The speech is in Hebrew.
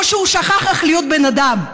או שהוא שכח איך להיות בן אדם.